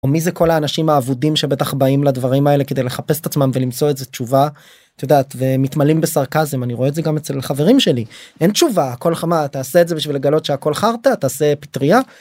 מי זה כל האנשים האבודים שבטח באים לדברים האלה כדי לחפש את עצמם ולמצוא איזה תשובה את יודעת ומתמלאים בסרקזם אני רואה את זה גם אצל החברים שלי אין תשובה אתה כולך מה? אתה עושה את זה בשביל לגלות שהכל חארטה? תעשה פטריה?